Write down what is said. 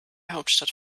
hauptstadt